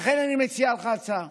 לכן, אני מציע לך הצעה.